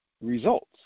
results